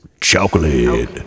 Chocolate